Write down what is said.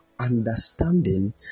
Understanding